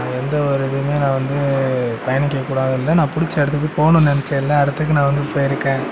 நான் எந்த ஒரு இதுவுமே நான் வந்து பயணிக்க கூடாது இருந்தேன் நான் பிடிச்ச இடத்துக்கு போணுன்னு நினைச்ச எல்லா இடத்துக்கும் நான் வந்து போயி இருக்கேன்